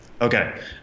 Okay